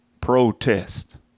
protest